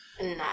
no